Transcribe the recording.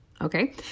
Okay